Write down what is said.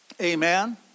Amen